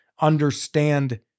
understand